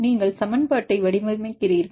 நீங்கள் சமன்பாட்டை வடிவமைக்கிறீர்கள்